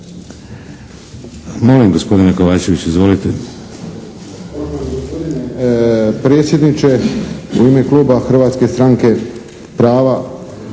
Molim gospodine Kovačević? Izvolite.